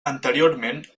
anteriorment